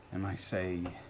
and i say,